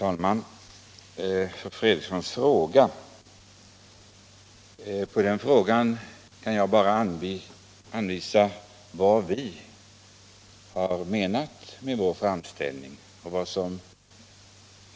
Herr talman! Som svar på fru Fredriksons fråga kan jag bara hänvisa till vad vi menat med vår framställning och vad som